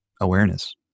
awareness